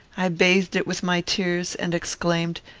i bathed it with my tears, and exclaimed,